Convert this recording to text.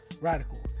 Radical